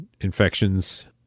infections